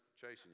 chasing